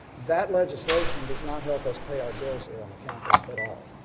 that legislation does not help us pay our bills here on the campus at all.